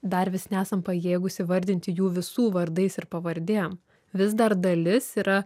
dar vis nesam pajėgūs įvardinti jų visų vardais ir pavardėm vis dar dalis yra